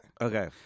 Okay